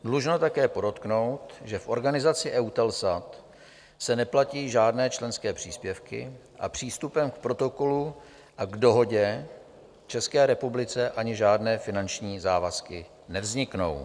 Dlužno také podotknout, že v organizaci EUTELSAT se neplatí žádné členské příspěvky a přístupem k Protokolu a k Dohodě České republice ani žádné finanční závazky nevzniknou.